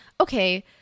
okay